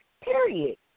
period